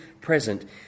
present